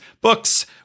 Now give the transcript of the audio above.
books